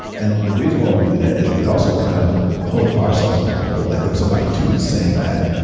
and the reason why we do that is it also kind of holds ourselves accountable. like when somebody tweets saying that,